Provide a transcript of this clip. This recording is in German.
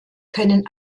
können